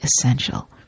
essential